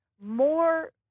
more